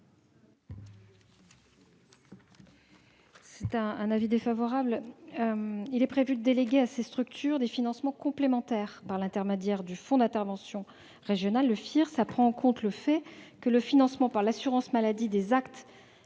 est l'avis du Gouvernement ? Il est prévu de déléguer à ces structures des financements complémentaires, par l'intermédiaire du fonds d'intervention régional. Nous prenons en compte le fait que le financement par l'assurance maladie des actes